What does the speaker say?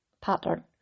pattern